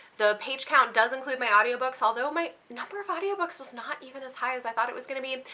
the page count does include my audiobooks, although my number of audiobooks was not even as high as i thought it was going to be.